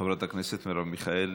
חברת הכנסת מרב מיכאלי,